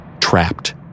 trapped